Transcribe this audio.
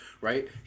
right